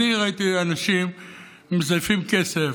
אני ראיתי אנשים מזייפים כסף,